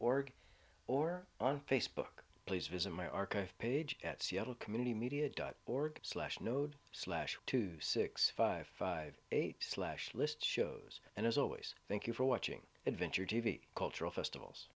org or on facebook please visit my archive page at seattle community media dot org slash node slash two six five five eight slash list shows and as always thank you for watching adventure t v cultural festivals